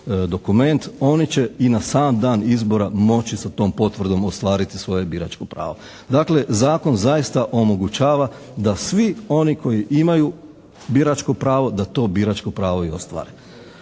dokument. Oni će i na sam dan izbora moći sa tom potvrdom ostvariti svoje biračko pravo. Dakle zakon zaista omogućava da svi oni koji imaju biračko pravo da to biračko pravo i ostvare.